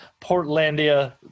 portlandia